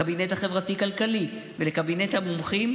לקבינט החברתי-כלכלי ולקבינט המומחים,